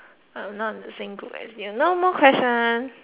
I'm not the same group as you no no questions